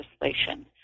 legislation